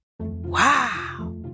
Wow